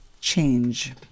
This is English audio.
change